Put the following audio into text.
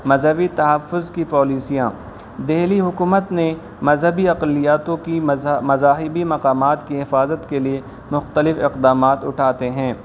مذہبی تحفظ کی پولیسیاں دلی حکومت نے مذہبی اقلیتوں کی مذاہبی مقامات کی حفاظت کے لیے مختلف اقدامات اٹھاتے ہیں